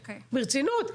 ברצינות.